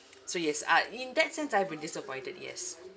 so yes uh in that sense I've been disappointed yes